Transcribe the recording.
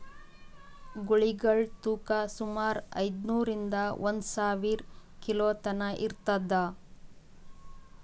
ಗೂಳಿಗಳ್ ತೂಕಾ ಸುಮಾರ್ ಐದ್ನೂರಿಂದಾ ಒಂದ್ ಸಾವಿರ ಕಿಲೋ ತನಾ ಇರ್ತದ್